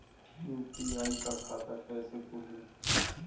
UPI का खाता कैसे खोलें?